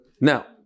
Now